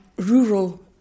rural